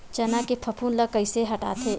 चना के फफूंद ल कइसे हटाथे?